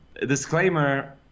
disclaimer